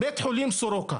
בית חולים סורוקה.